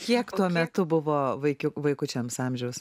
kiek tuo metu buvo vaikiu vaikučiams amžiaus